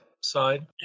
side